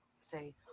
say